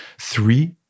Three